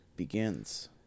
begins